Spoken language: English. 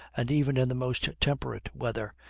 and even in the most temperate weather,